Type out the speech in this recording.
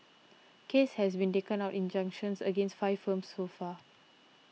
case has been taken out injunctions against five firms so far